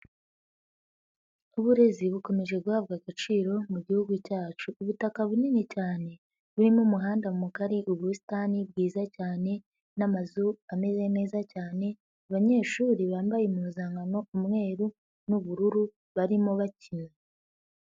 Uburezi bukomeje guhabwa agaciro mu Gihugu cyacu, ubutaka bunini cyane burimo umuhanda mugari, ubusitani bwiza cyane n'amazu ameze neza cyane, abanyeshuri bambaye impuzankano umweru n'ubururu barimo bakina.